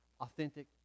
authentic